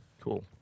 cool